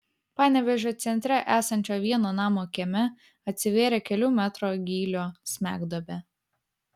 panevėžio centre esančio vieno namo kieme atsivėrė kelių metrų gylio smegduobė